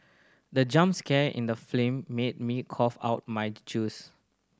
the jump scare in the made me cough out my juice